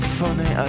funny